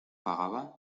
pagaba